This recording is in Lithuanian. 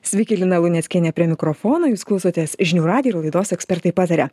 sveiki lina luneckienė prie mikrofono jūs klausotės žinių radijo ir laidos ekspertai pataria